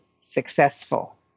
successful